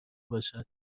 باشد